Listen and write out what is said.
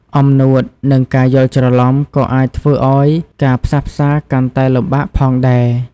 អំណួត និងការយ់ច្រឡំក៏អាចធ្វើឱ្យការផ្សះផ្សាកាន់តែលំបាកផងដែរ។